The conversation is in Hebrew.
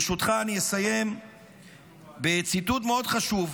ברשותך, אני אסיים בציטוט מאוד חשוב.